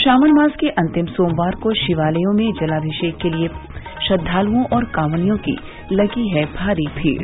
श्रावण मास के अंतिम सोमवार को शिवालयों में जलाभिषेक के लिए श्रद्वालुओं और कॉवड़ियों की लगी है भारी भीड